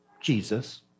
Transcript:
Jesus